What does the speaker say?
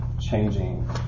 changing